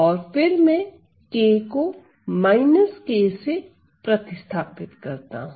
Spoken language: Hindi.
और फिर मैं k को k से प्रतिस्थापित करता हूं